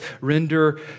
render